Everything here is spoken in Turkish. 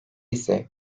ise